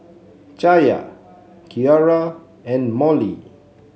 Chaya Kiara and Mollie